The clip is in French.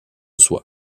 soie